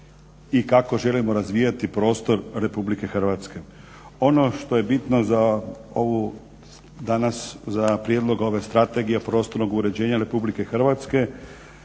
i kako želimo razvijati prostor RH. Ono što je bitno danas za prijedlog ove Strategije prostornog uređenja RH da su